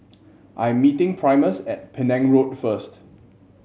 I'm meeting Primus at Penang Road first